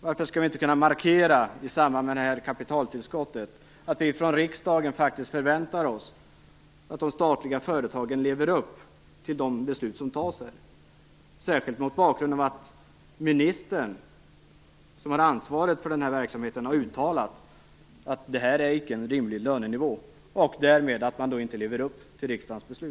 Varför skall vi inte kunna markera i samband med det här kapitaltillskottet att vi från riksdagen faktiskt förväntar oss att de statliga företagen lever upp till de beslut som fattas här? Det borde vi göra, särskilt mot bakgrund av att ministern som har ansvaret för verksamheten har uttalat att det här icke är en rimlig lönenivå och därmed att man inte lever upp till riksdagens beslut.